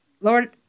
Lord